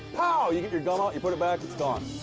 pow. you get your gum out, you put it back, it's gone.